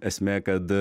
esmė kad